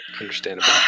Understandable